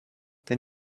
then